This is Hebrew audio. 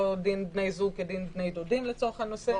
לא דין בני זוג כדין בני דודים לצורך הנושא -- ברור.